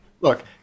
Look